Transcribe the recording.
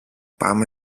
πάμε